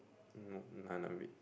nope none of it